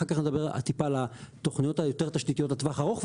אחר כך אני אדבר טיפה על התוכניות היותר תשתיתיות לטווח הארוך,